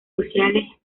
sociales